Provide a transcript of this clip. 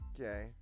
okay